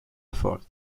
effort